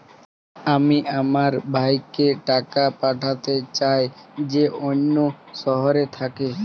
আমি আমার ভাইকে টাকা পাঠাতে চাই যে অন্য শহরে থাকে